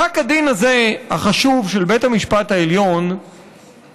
פסק הדין הזה החשוב של בית המשפט העליון צריך